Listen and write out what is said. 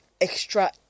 extra